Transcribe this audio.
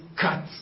cut